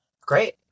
great